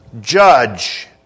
judge